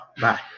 bye